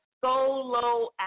solo